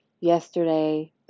yesterday